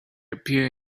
appear